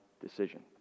decision